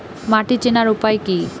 মাটি চেনার উপায় কি?